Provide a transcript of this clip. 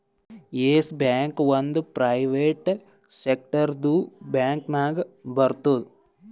S Bank ಒಂದ್ private ಸೆಕ್ಟರ್ದು bank ನಾಗ್ ಬರ್ತುದ್